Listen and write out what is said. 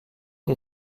des